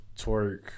twerk